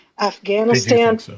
Afghanistan